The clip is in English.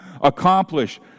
accomplish